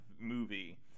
movie